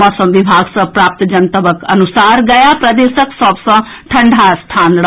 मौसम विभाग सँ प्राप्त जनतबक अनुसार गया प्रदेशक सभ सँ ठंढ़ा स्थान रहल